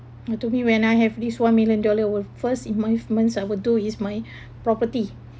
but to me when I have this one million dollar will first investments I would do is my property